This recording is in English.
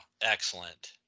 excellent